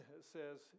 says